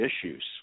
issues